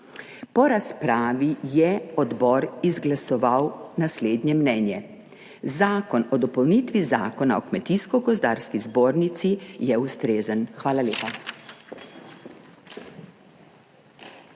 Po razpravi je odbor izglasoval naslednje mnenje: Zakon o dopolnitvi Zakona o Kmetijsko gozdarski zbornici je ustrezen. Hvala lepa.